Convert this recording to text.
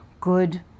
good